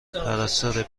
پرستاره